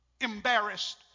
embarrassed